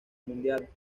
mundial